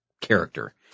character